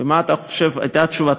חבר הכנסת שי, מה אתה חושב שהייתה תשובתו?